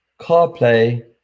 CarPlay